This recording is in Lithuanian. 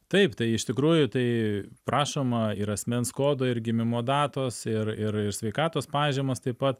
taip tai iš tikrųjų tai prašoma ir asmens kodo ir gimimo datos ir ir ir sveikatos pažymos taip pat